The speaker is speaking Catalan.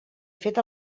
fet